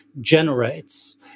generates